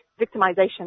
victimization